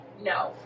No